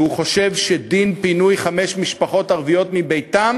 והוא חושב שדין פינוי חמש משפחות ערביות מביתן